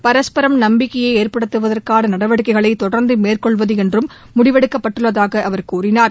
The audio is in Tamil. பரஸ்பரம் நம்பிக்கையை ஏற்படுத்துவதற்கான நடவடிக்கைகளை தொடர்ந்து மேற்கொள்வது என்றும் முடிவெடுக்கப்பட்டுள்ளதாக அவர் கூறினார்